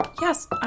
yes